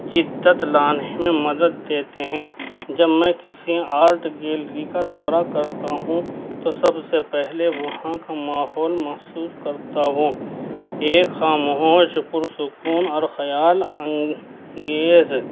جدت لانے میں مدد دیتے ہیں جب میں کسی آرٹ گیلری کا دورہ کرتا ہوں تو سب سے پہلے وہاں کا ماحول محسوس کرتا ہوں ایک خاموش پرسکون اور خیال انگیز